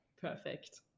Perfect